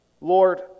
Lord